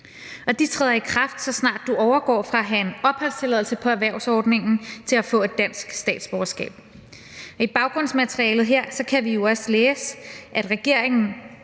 De træder i kraft, så snart du overgår fra at have en opholdstilladelse på erhvervsordningerne til at få et dansk statsborgerskab. I baggrundsmaterialet her kan vi jo også læse, at regeringen